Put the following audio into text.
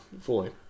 fully